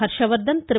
Harshvardhan Thiru